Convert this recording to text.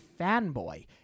fanboy